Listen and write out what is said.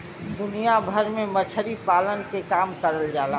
दुनिया भर में मछरी पालन के काम करल जाला